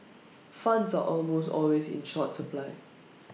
funds are almost always in short supply